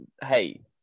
hey